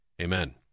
Amen